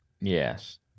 Yes